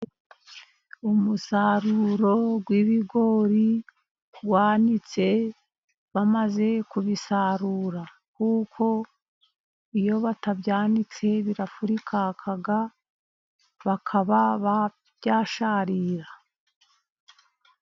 Umusaruro w'ibigori wanitse bamaze kubisarura. Kuko iyo batabyanitse birafurikanka bikaba byasharira.